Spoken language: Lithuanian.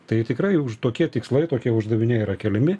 tai tikrai už tokie tikslai tokie uždaviniai yra keliami